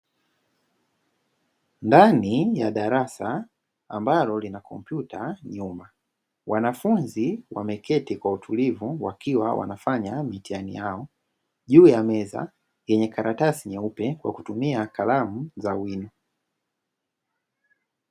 Ndani ya darasa ambalo lina kompyuta nyuma, wanafunzi wameketi kwa utulivua wakiwa wanafanya mitihani yao juu ya meza yenye karatasi nyeupe kwa kutumia kalamu za wino.